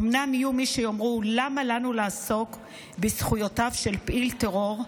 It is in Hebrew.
אומנם יהיו מי שיאמרו: למה לנו לעסוק בזכויותיו של פעיל טרור,